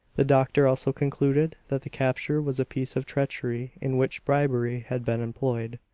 the doctor also concluded that the capture was a piece of treachery, in which bribery had been employed.